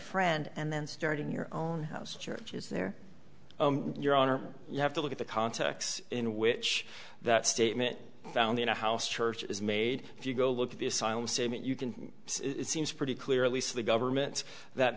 friend and then starting your own house church is there your honor you have to look at the context in which that statement found in a house church is made if you go look at the asylum statement you can see it seems pretty clear at least the government that